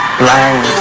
blind